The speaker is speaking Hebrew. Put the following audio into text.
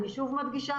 אני שוב מדגישה,